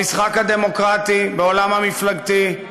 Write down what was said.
במשחק הדמוקרטי, בעולם המפלגתי,